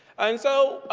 and so,